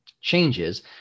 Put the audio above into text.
changes